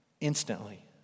Instantly